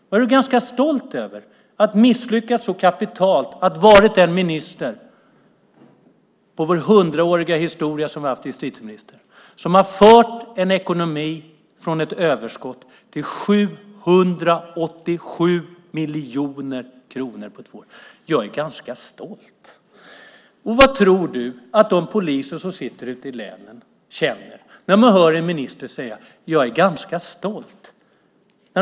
Vad är du ganska stolt över - att du misslyckats så kapitalt, att du varit den minister under vår hundraåriga historia med justitieministrar som har kört ekonomin från ett överskott till 787 miljoner kronor i underskott på två år. Och du är ganska stolt! Vad tror du att poliser ute i länen känner när de hör ministern säga: Jag är ganska stolt?